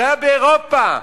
שהיו באירופה,